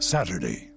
Saturday